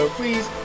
please